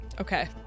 Okay